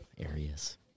areas